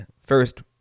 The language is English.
first